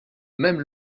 même